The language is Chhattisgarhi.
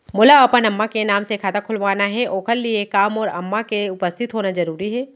मोला अपन अम्मा के नाम से खाता खोलवाना हे ओखर लिए का मोर अम्मा के उपस्थित होना जरूरी हे?